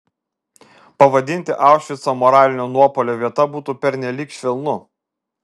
pavadinti aušvicą moralinio nuopuolio vieta būtų pernelyg švelnu